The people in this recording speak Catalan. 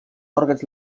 òrgans